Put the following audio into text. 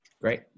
Great